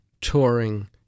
touring